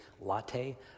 latte